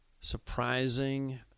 Surprising